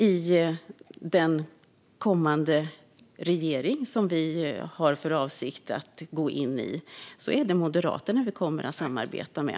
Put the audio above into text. I den kommande regering som vi har för avsikt att gå in i är det Moderaterna vi kommer att samarbeta med.